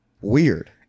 Weird